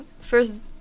First